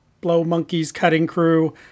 blow-monkeys-cutting-crew